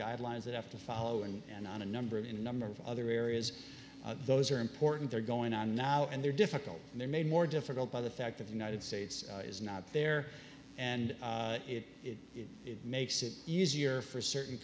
guidelines that have to follow and on a number of in a number of other areas those are important they're going on now and they're difficult and they're made more difficult by the fact that the united states is not there and it makes it easier for certain